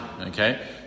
Okay